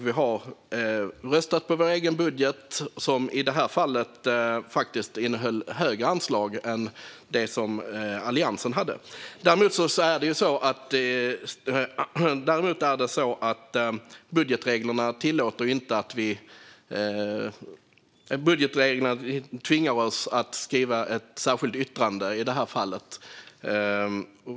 Vi har röstat på vår egen budget, där vi i det här fallet faktiskt hade högre anslag än det är i Moderaternas och Kristdemokraternas förslag. Men budgetreglerna tvingar oss att skriva ett särskilt yttrande i det här fallet.